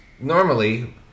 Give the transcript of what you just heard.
normally